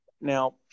Now